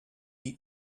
eat